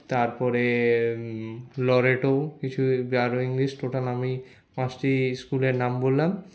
তারপরে লরেটো কিছু আরও ইংলিশ টোটাল আমি পাঁচটি স্কুলের নাম বললাম